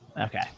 Okay